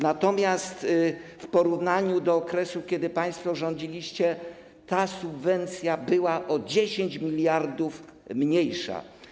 Natomiast w porównaniu z okresem, kiedy państwo rządziliście, ta subwencja była o 10 mld mniejsza.